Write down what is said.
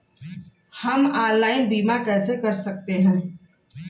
हम ऑनलाइन बीमा कैसे कर सकते हैं?